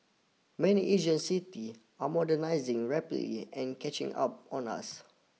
many Asian city are modernising rapidly and catching up on us